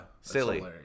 silly